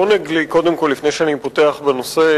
לעונג לי, קודם כול, לפני שאני פותח בנושא,